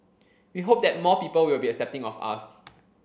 we hope that more people will be accepting of us